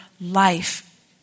life